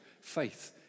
Faith